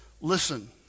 Listen